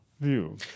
view